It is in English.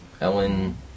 Ellen